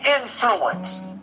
influence